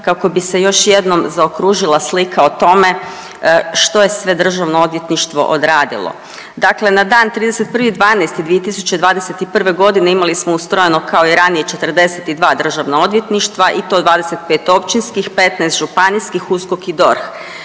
kako bi se još jednom zaokružila slika o tome što je sve Državno odvjetništvo odradilo. Dakle na dan 31.12.2021.g. imali smo ustrojeno kao i ranije 42 državna odvjetništva i to 25 općinskih, 15 županijskih, USKOK i DORH.